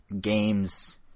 games